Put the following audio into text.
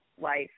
life